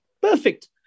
Perfect